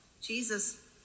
jesus